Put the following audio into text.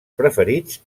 preferits